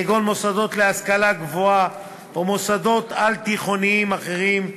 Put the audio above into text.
כגון מוסדות להשכלה גבוהה או מוסדות על-תיכוניים אחרים.